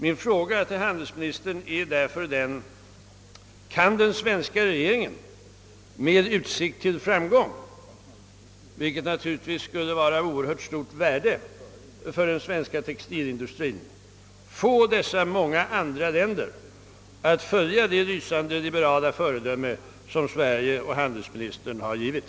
Min fråga till handelsministern är därför: Kan den svenska regeringen med utsikt till framgång, vilket naturligtvis skulle vara av oerhört stort värde för den svenska textilindustrien, få dessa många andra länder att följa det lysande liberala exempel som Sverige och handelsministern har givit?